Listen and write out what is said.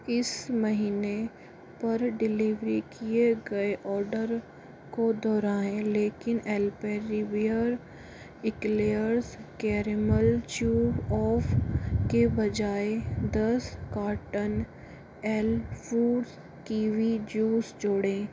इस महीने पर डिलीवर किए गए ऑर्डर को दोहराएँ लेकिन एलपेरिबिअर एक्लेयर्स कैरमेल चू ऑफ़ के बजाय दस cotton L foods kiwi juice जोड़ें